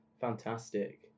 Fantastic